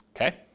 Okay